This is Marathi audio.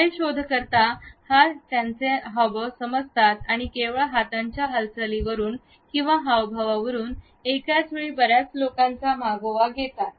खरे शोधकर्ता हा त्यांचे हावभाव समजतात आणि आणि केवळ हातांच्या हालचाली वरून आणि हावभावावरून एकाच वेळी बऱ्याच लोकांचा मागोवा घेतात